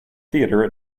theatre